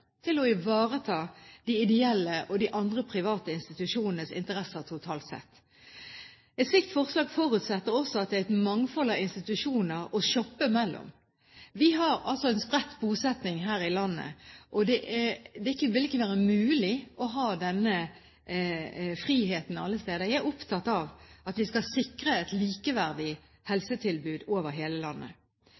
til å ivareta de ideelle og de andre private institusjonenes interesser totalt sett. Et slikt forslag forutsetter også at det er et mangfold av institusjoner å shoppe mellom. Vi har en spredt bosetning her i landet, og det vil ikke være mulig å ha denne friheten alle steder. Jeg er opptatt av at vi skal sikre et likeverdig helsetilbud over hele landet.